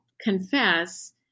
confess